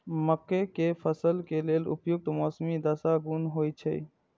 मके के फसल के लेल उपयुक्त मौसमी दशा कुन होए छै?